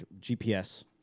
GPS